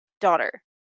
daughter